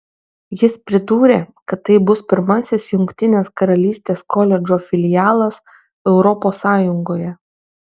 jis pridūrė kad tai bus pirmasis jungtinės karalystės koledžo filialas europos sąjungoje